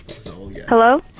Hello